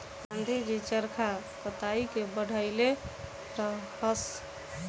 गाँधी जी चरखा कताई के बढ़इले रहस